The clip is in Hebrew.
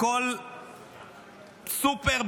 בכל סופר,